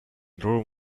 room